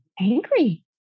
angry